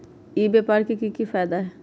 ई व्यापार के की की फायदा है?